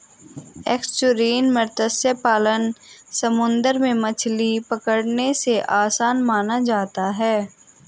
estuarine मत्स्य पालन समुंदर में मछली पकड़ने से आसान माना जाता है